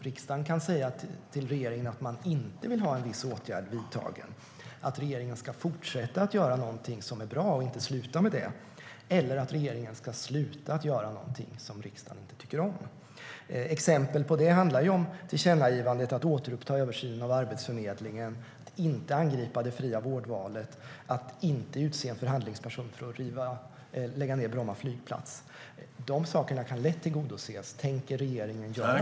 Riksdagen kan säga till regeringen att den inte vill ha en viss åtgärd vidtagen, att regeringen ska fortsätta att göra något som är bra och inte sluta med det eller att regeringen ska sluta att göra något som riksdagen inte tycker om. Ett exempel på detta är tillkännagivandena om att återuppta översynen av Arbetsförmedlingen, att inte angripa det fria vårdvalet och att inte utse en förhandlingsperson för att lägga ned Bromma flygplats. De sakerna kan lätt tillgodoses. Tänker regeringen göra det?